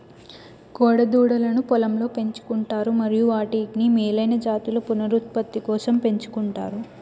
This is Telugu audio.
కోడె దూడలను పొలంలో పెంచు కుంటారు మరియు వాటిని మేలైన జాతుల పునరుత్పత్తి కోసం పెంచుకుంటారు